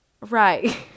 Right